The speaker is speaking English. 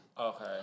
Okay